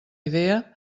idea